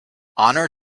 honour